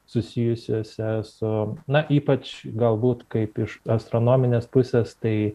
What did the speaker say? susijusiuose su na ypač galbūt kaip iš astronominės pusės tai